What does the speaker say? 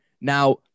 Now